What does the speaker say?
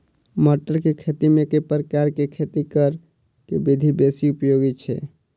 मटर केँ खेती मे केँ प्रकार केँ खेती करऽ केँ विधि बेसी उपयोगी छै?